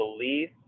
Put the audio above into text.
belief